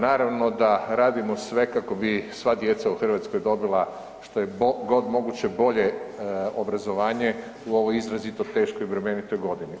Naravno da radimo sve kako bi sva djeca u Hrvatskoj dobila što je god moguće bolje obrazovanje u ovoj izrazito teškoj i bremenitoj godini.